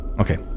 Okay